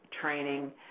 training